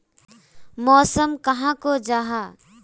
मौसम कहाक को जाहा?